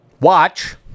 watch